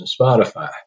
Spotify